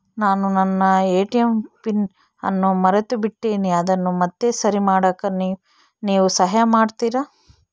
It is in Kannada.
ನಾನು ನನ್ನ ಎ.ಟಿ.ಎಂ ಪಿನ್ ಅನ್ನು ಮರೆತುಬಿಟ್ಟೇನಿ ಅದನ್ನು ಮತ್ತೆ ಸರಿ ಮಾಡಾಕ ನೇವು ಸಹಾಯ ಮಾಡ್ತಿರಾ?